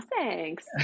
thanks